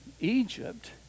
Egypt